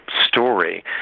story